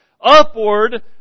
Upward